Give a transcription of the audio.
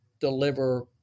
deliver